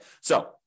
So-